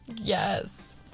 Yes